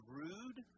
rude